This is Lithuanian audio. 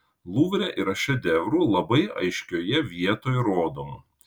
luvre yra šedevrų labai aiškioje vietoj rodomų